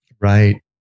Right